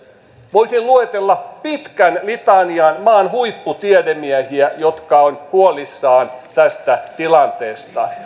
voisin luetella pitkän litanian maan huipputiedemiehiä jotka ovat huolissaan tästä tilanteesta